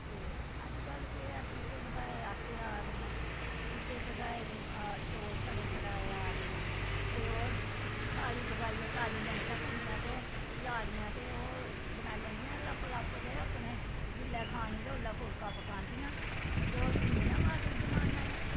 अजकल्ल केह् ऐ पीह्ते दे आटे आये दे न पीह्ते दे चौल छट्टे दे आये दे न ते ओह् थाली च पाइयै ताली लैंदी कुड़ियां ते लाड़ियां ते ओह् बनाई लैंदियां लप लप ते अपने पतीले खलानी ते ओल्लै पकांदियां ते ओह् अज इ'यां बी मार्डन जमाना ऐ